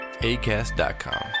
ACAST.com